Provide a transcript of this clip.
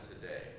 today